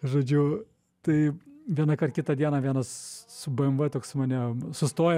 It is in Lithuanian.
žodžiu tai vienąkart kitą dieną vienas su bmv toks mane sustoja